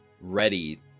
ready